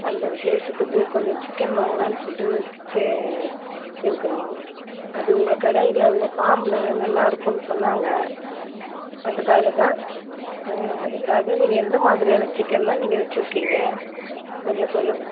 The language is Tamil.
அந்த விசேஷத்துக்கு கொஞ்சம் சிக்கன் வாங்கலாம்னு சொல்லிட்டு இருக்கிறோம் அது உங்கள் கடையில் உங்கள் ஃபார்ம்ல நல்லா இருக்குன்னு சொன்னாங்க அதுக்காக தான் அதுக்காக நீங்கள் எந்த மாதிரியான சிக்கன்லாம் நீங்கள் வச்சிருக்கீங்க கொஞ்சம் சொல்லுங்கள்